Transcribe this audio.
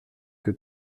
que